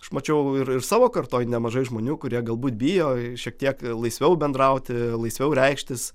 aš mačiau ir ir savo kartoj nemažai žmonių kurie galbūt bijo šiek tiek laisviau bendrauti laisviau reikštis